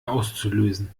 auszulösen